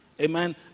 Amen